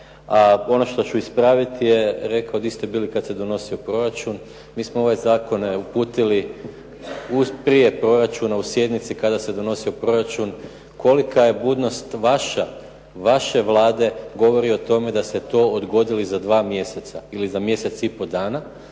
ono što ću ispraviti je gdje ste bili kada se donosio proračun. Mi smo ovaj zakon uputili prije proračuna u sjednici kada se donosio proračun, kolika je budnost vaša, vaše Vlade, govori o tome da ste to odgodili za dva mjeseca ili za mjesec i pol dana